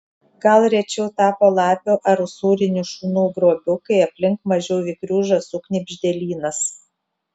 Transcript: gal rečiau tapo lapių ar usūrinių šunų grobiu kai aplink mažiau vikrių žąsų knibždėlynas